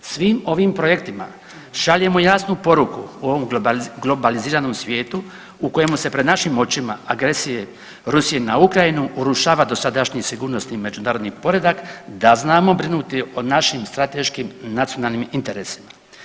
Svim ovim projektima šaljemo jasnu poruku u ovom globaliziranom svijetu u kojemu se pred našim očima agresije Rusije na Ukrajinu urušava dosadašnji sigurnosni međunarodni poredak da znamo brinuti o našim strateškim nacionalnim interesima.